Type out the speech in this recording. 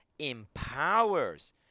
empowers